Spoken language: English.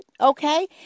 Okay